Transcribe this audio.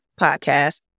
podcast